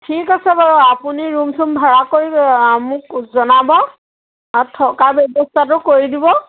ঠিক আছে বাৰু আপুনি ৰুম চুম ভাড়া কৰি মোক জনাব থকাৰ ব্যৱস্থাটো কৰি দিব